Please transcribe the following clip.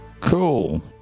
Cool